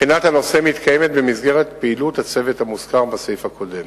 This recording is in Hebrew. בחינת הנושא מתקיימת במסגרת פעילות הצוות המוזכר בסעיף הקודם.